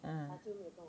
啊